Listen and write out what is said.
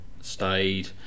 stayed